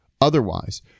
otherwise